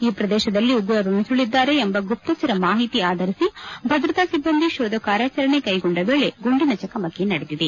ಈ ಪ್ರದೇಶದಲ್ಲಿ ಉಗ್ರರು ನುಸುಳಿದಿದ್ದಾರೆ ಎಂಬ ಗುಪ್ತಚರ ಮಾಹಿತಿ ಆಧರಿಸಿ ಭದ್ರತಾ ಸಿಬ್ಬಂದಿ ಶೋಧ ಕಾರ್ಯಾಚರಣೆ ಕೈಗೊಂಡ ವೇಳೆ ಗುಂಡಿನ ಚಕಮಕಿ ನಡೆದಿದೆ